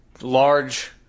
large